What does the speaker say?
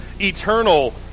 eternal